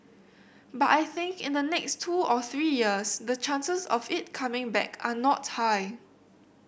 but I think in the next two or three years the chances of it coming back are not high